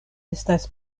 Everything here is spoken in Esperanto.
estas